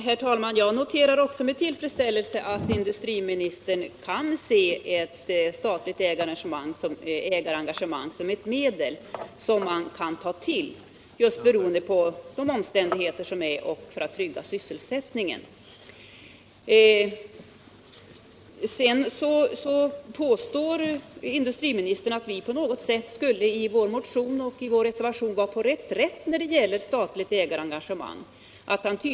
Herr talman! Jag noterar också med tillfredsställelse att industriministern kan se ett statligt ägarengagemang som ett medel som man kan ta till för att trygga sysselsättningen just beroende på de omständigheter som föreligger. Industriministern påstår att han tydligt ser att vi i vår motion och i reservationen 1 vid näringsutskottets betänkande nr 41 på något sätt skulle vara på reträtt när det gäller statligt ägarengagemang.